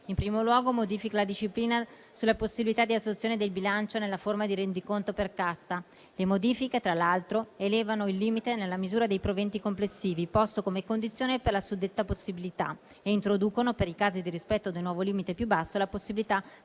in primo luogo modifica la disciplina sulla possibilità di attuazione del bilancio nella forma di rendiconto per cassa. Le modifiche, tra l'altro, elevano il limite nella misura dei proventi complessivi, posto come condizione per la suddetta possibilità, e introducono, per i casi di rispetto del nuovo limite più basso, la possibilità